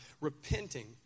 repenting